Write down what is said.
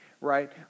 Right